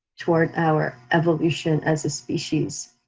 toward our evolution as a species.